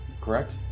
correct